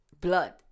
Blood